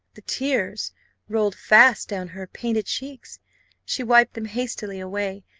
the tears rolled fast down her painted cheeks she wiped them hastily away,